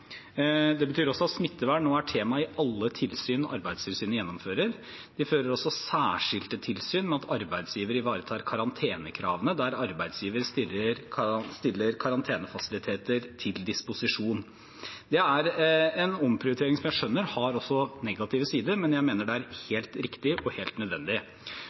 Det betyr også at smittevern nå er tema i alle tilsyn Arbeidstilsynet gjennomfører. De fører også særskilte tilsyn med at arbeidsgiver ivaretar karantenekravene der arbeidsgiver stiller karantenefasiliteter til disposisjon. Dette er en omprioritering jeg skjønner også har negative sider, men jeg mener det er helt riktig og helt nødvendig.